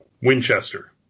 Winchester